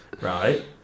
right